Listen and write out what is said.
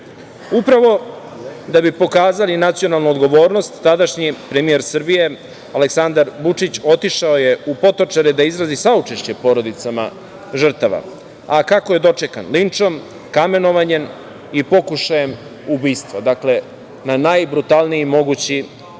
kovida. Upravo da bi pokazali nacionalnu odgovornost tadašnji premijer Srbije, Aleksandar Vučić, otišao je u Potočare da izrazi saučešće porodicama žrtvama, a kako je dočekan? Linčom, kamenovanjem i pokušajem ubistva. Dakle, na najbrutalniji mogući način.